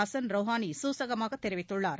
Hassan Rouhani சூசகமாக தெரிவித்துள்ளார்